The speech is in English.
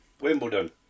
Wimbledon